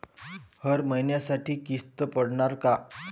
हर महिन्यासाठी किस्त पडनार का?